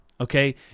okay